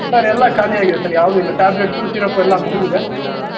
sir ಎಲ್ಲ ಖಾಲಿ ಆಗಿದೆ ಸರ್ ಯಾವುದು ಇಲ್ಲ ಟ್ಯಾಬ್ಲೆಟ್ಸು ಸಿರಪು ಎಲ್ಲ ಮುಗಿದಿದೆ